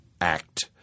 act